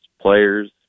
players